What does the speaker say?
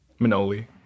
Manoli